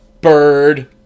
Bird